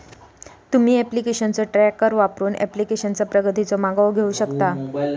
तुम्ही ऍप्लिकेशनचो ट्रॅकर वापरून ऍप्लिकेशनचा प्रगतीचो मागोवा घेऊ शकता